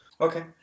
Okay